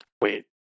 Wait